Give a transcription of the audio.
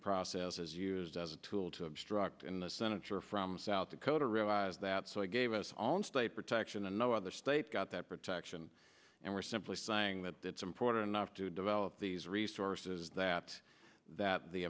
process is used as a tool to struck and the senator from south dakota realized that so it gave us almost a protection and no other state got that protection and we're simply saying that it's important enough to develop these resources that that the